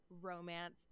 romance